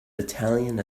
italian